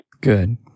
Good